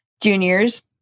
juniors